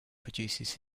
produces